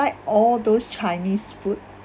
all those chinese food